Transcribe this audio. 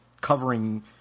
covering